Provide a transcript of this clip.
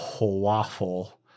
waffle